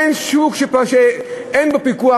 אין שוק שאין בו פיקוח,